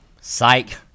Psych